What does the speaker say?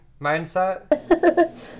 mindset